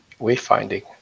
wayfinding